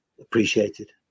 appreciated